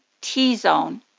T-zone